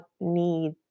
need